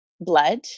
blood